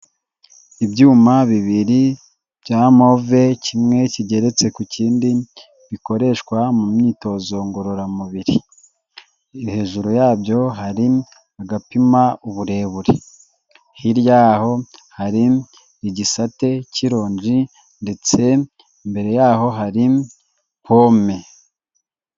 Ibyuma bibiri bya move kimwe kigeretse ku kindi, bikoreshwa mu myitozo ngororamubiri. Hejuru yabyo hari agapima uburebure. Hirya yaho hari igisate k'ironji ndetse imbere yaho hari pome.